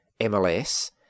MLS